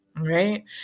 right